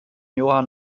johann